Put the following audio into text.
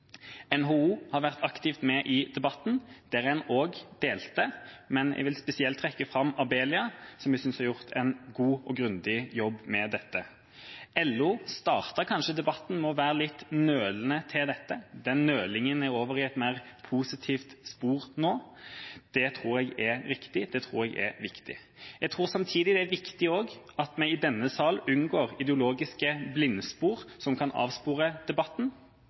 NHO har vært aktivt med i debatten. Der er en også delt, men jeg vil spesielt trekke fram Abelia, som jeg synes har gjort en god og grundig jobb med dette. LO startet kanskje debatten med å være litt nølende til dette. Den nølingen er over i et mer positivt spor nå. Det tror jeg riktig – og viktig. Jeg tror samtidig det er viktig at vi i denne salen unngår ideologiske blindspor som kan avspore debatten,